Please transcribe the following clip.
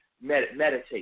meditate